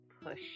push